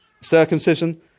circumcision